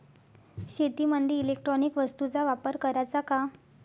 शेतीमंदी इलेक्ट्रॉनिक वस्तूचा वापर कराचा का?